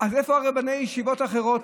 אז איפה רבני הישיבות האחרות,